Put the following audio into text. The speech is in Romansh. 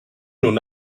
nun